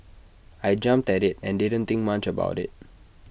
I jumped at IT and didn't think much about IT